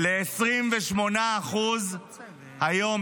ל-28% היום,